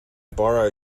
borrow